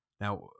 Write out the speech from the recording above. Now